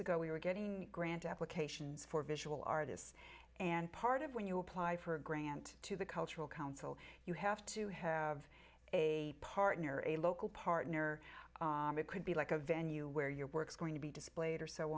ago we were getting grant applications for visual artists and part of when you apply for a grant to the cultural council you have to have a partner a low partner it could be like a venue where your work is going to be displayed or so